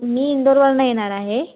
मी इंदोरवरून येणार आहे